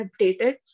updated